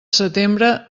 setembre